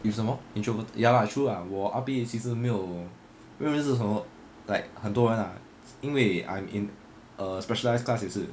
有什么 introvert ya lah true lah 我 R_P 其实没有认识什么 like 很多人 ah 因为 I'm in a specialized class 也是